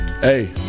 hey